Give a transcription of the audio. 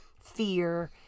fear